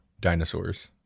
dinosaurs